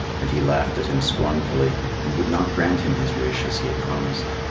and he laughed at him scornfully and would not grant him his wish as he had promised.